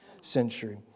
century